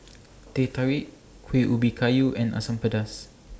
Teh Tarik Kuih Ubi Kayu and Asam Pedas